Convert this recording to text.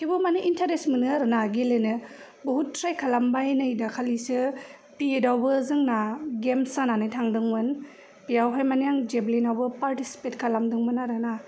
थेवबो माने इन्तारेस्ट मोनो आरोना गेलेनो बहुद ट्राइ खालामबाय नै दाखालिसो बि एद आवबो जोंना गेम्स जानानै थांदोंमोन बेवहाय माने आं जेभलिनावबो पारटिसिपेट खालामदोंमोन आरोना